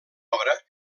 obra